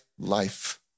life